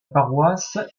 paroisse